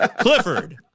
Clifford